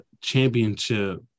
championship